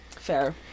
Fair